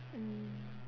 mm